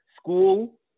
School